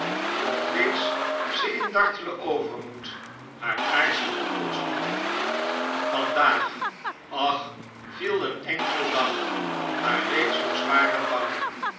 of wees ze in dartlen overmoed haar aardsche toekomst af vandaag ach viel een enkle dag haar reeds zoo zwaar en bang